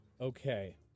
Okay